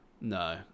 No